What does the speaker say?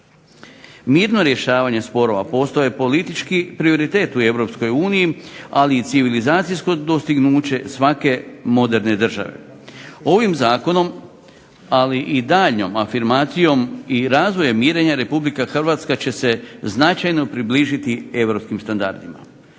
Mirno rješavanje sporova postaje politički prioritet u Europskoj uniji, ali i civilizacijsko dostignuće svake moderne države. Ovim zakonom, ali i daljnjom afirmacijom i razvojem mirenja Republika Hrvatska će se značajno približiti europskim standardima.